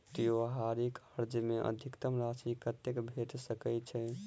त्योहारी कर्जा मे अधिकतम राशि कत्ते भेट सकय छई?